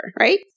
right